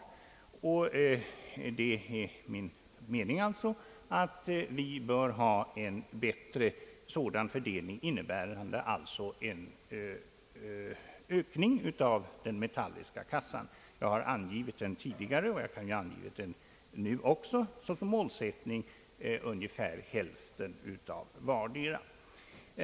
Jag menar alltså att vi bör ha en bättre sådan fördelning, innebärande en ökning av den metalliska kassan. Jag har angivit tidigare och jag kan ange nu också som målsättning ungefär hälften av vardera.